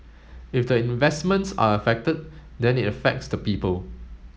if the investments are affected then it affects the people